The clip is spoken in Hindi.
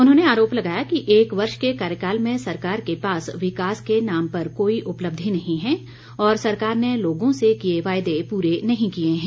उन्होंने आरोप लगाया कि एक वर्ष के कार्यकाल में सरकार के पास विकास के नाम पर कोई उपलब्धि नही है और सरकार ने लोगों से किए वायदे पूरे नहीं किए हैं